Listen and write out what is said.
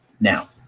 Now